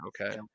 okay